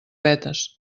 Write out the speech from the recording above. vetes